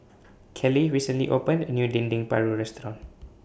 Kaleigh recently opened A New Dendeng Paru Restaurant